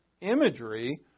Imagery